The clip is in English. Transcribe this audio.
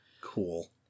Cool